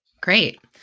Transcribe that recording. Great